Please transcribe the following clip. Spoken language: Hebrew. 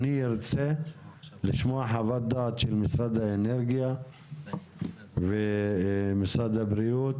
אני ארצה לשמוע חוות דעת של משרד האנרגיה ומשרד הבריאות